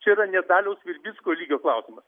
čia yra ne daliaus virbicko lygio klausimas